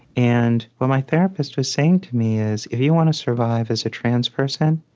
and what my therapist was saying to me is, if you want to survive as a trans person,